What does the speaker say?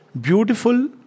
beautiful